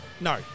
No